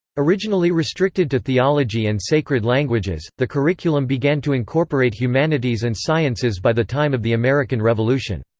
originally restricted to theology and sacred languages, the curriculum began to incorporate humanities and sciences by the time of the american revolution.